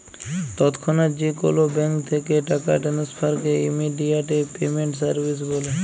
তৎক্ষনাৎ যে কোলো ব্যাংক থ্যাকে টাকা টেনেসফারকে ইমেডিয়াতে পেমেন্ট সার্ভিস ব্যলে